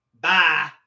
Bye